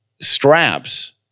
straps